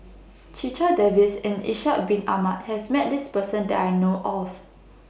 Checha Davies and Ishak Bin Ahmad has Met This Person that I know of